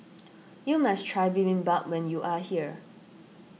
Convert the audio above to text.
you must try Bibimbap when you are here